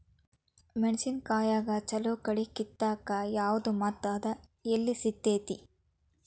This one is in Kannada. ಮೆಣಸಿನಕಾಯಿಗ ಛಲೋ ಕಳಿ ಕಿತ್ತಾಕ್ ಯಾವ್ದು ಮತ್ತ ಅದ ಎಲ್ಲಿ ಸಿಗ್ತೆತಿ?